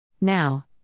Now